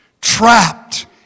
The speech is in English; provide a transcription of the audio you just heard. trapped